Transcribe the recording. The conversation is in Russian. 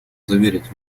заверить